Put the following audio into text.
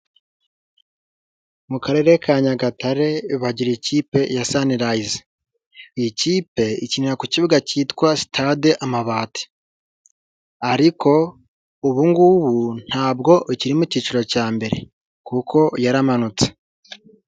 Mu karere ka Nyagatare bagira ikipe ya Sanirayize, iyi kipe ikinira ku kibuga cyitwa stade amabati ariko ubu ngubu ntabwo ikiri mu cyiciro cya mbere kuko yaramanutse.